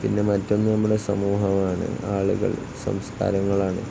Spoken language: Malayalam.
പിന്നെ മറ്റൊന്ന് നമ്മുടെ സമൂഹമാണ് ആളുകൾ സംസ്കാരങ്ങളാണ്